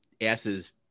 asses